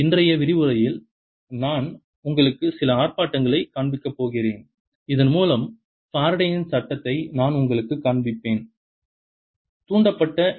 இன்றைய விரிவுரையில் நான் உங்களுக்கு சில ஆர்ப்பாட்டங்களைக் காண்பிக்கப் போகிறேன் இதன் மூலம் ஃபாரடேயின் Faradays சட்டத்தை நான் உங்களுக்குக் காண்பிப்பேன் தூண்டப்பட்ட ஈ